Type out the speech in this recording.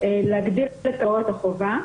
להגדיל (קטיעה בשידור הזום) החובה.